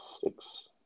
Six